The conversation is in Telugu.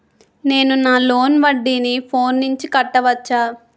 నేను నా లోన్ వడ్డీని ఫోన్ నుంచి కట్టవచ్చా?